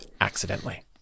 accidentally